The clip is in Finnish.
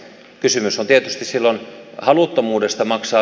kysymys on tietysti sillon haluttomuudesta maksaa